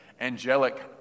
angelic